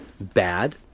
bad